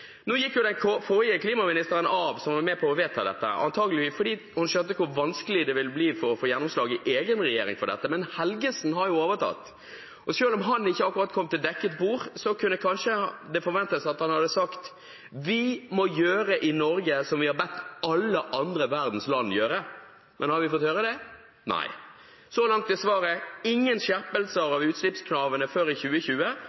Nå gikk den forrige klimaministeren, som var med på å vedta dette, av, antagelig fordi hun skjønte hvor vanskelig det ville bli å få gjennomslag i egen regjering for dette. Men Helgesen har overtatt, og selv om han ikke akkurat kom til dekket bord, kunne det kanskje forventes at han hadde sagt at vi må gjøre i Norge som vi har bedt alle andre verdens land gjøre. Men har vi fått høre det? Nei. Så langt er svaret ingen skjerpelser av utslippskravene før i 2020,